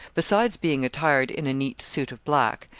besides being attired in a neat suit of black,